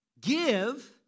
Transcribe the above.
give